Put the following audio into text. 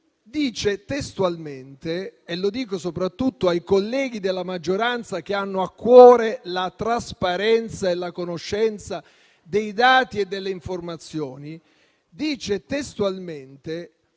dice testualmente - e lo dico soprattutto ai colleghi della maggioranza, che hanno a cuore la trasparenza e la conoscenza dei dati e delle informazioni - che